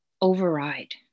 override